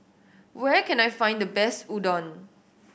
where can I find the best Udon